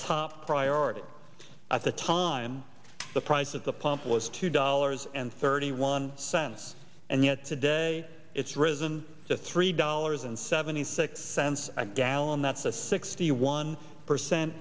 top priority at the time the price at the pump was two dollars and thirty one cents and yet today it's risen to three dollars and seventy six cents a gallon that's a sixty one percent